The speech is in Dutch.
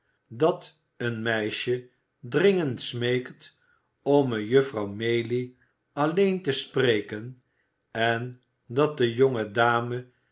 dat een meisje dringend smeekt om mejuffrouw maylie alleen te spreken en dat de